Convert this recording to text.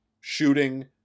shooting